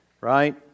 right